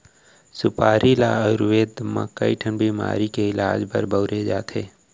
सुपारी ल आयुरबेद म कइ ठन बेमारी के इलाज बर बउरे जाथे